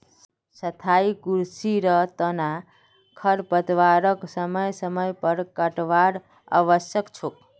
स्थाई कृषिर तना खरपतवारक समय समय पर काटवार आवश्यक छोक